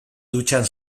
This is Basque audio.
dutxan